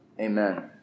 Amen